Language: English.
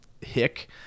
hick